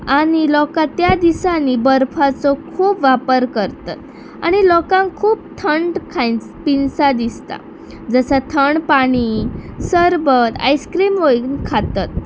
आनी लोकां त्या दिसांनी बर्फाचो खूब वापर करतात आनी लोकांक खूब थंड खायन पियेनशें दिसता जसा थंड पाणी सरबत आयस्क्रीम बीन खातत